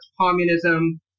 communism